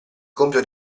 compito